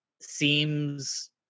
seems